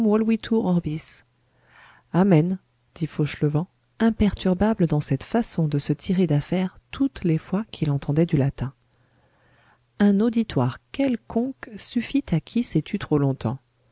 orbis amen dit fauchelevent imperturbable dans cette façon de se tirer d'affaire toutes les fois qu'il entendait du latin un auditoire quelconque suffit à qui s'est tu trop longtemps